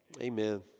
Amen